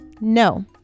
No